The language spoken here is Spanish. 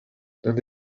dónde